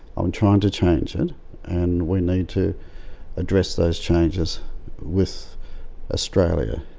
ah i'm trying to change it and we need to address those changes with australia.